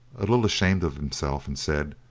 a little ashamed of himself, and said,